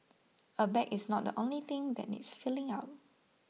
a bag is not the only thing that needs filling up